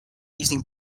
using